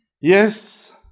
Yes